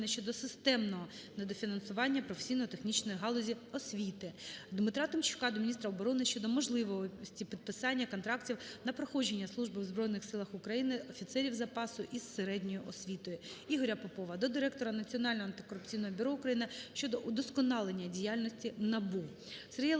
Попова до директора Національного антикорупційного бюро України щодо удосконалення діяльності НАБУ.